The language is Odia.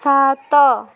ସାତ